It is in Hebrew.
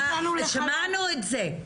שמענו את זה.